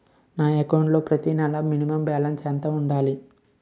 నా అకౌంట్ లో ప్రతి నెల మినిమం బాలన్స్ ఎంత ఉండాలి?